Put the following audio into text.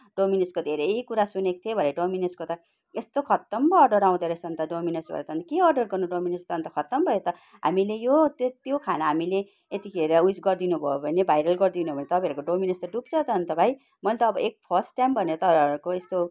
डोमिनोसको धेरै कुरा सुनेको थिएँ भरै डोमिनोसको त यस्तो खत्तम पो अर्डर आउँदो रहेछन् त डोमिनोसबाट त अनि के अर्डर गर्नु डोमिनोस त अन्त खत्तम भयो त हामीले यो त्यो खाना हामीले यतिखेर उयस गरिदिनु हो भने भाइरल गरिदिनु हो भने तपाईँहरूको डोमिनोस त डुब्छ त अन्त भाइ मैले त एक फर्स्ट टाइम भनेको त यस्तो